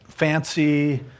fancy